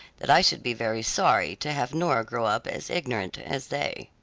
that i should be very sorry to have nora grow up as ignorant as they.